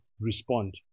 respond